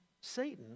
Satan